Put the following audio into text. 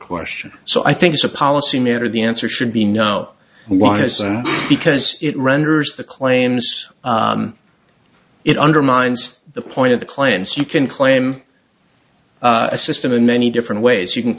question so i think it's a policy matter the answer should be no one isn't because it renders the claims it undermines the point of the clients you can claim a system in many different ways you can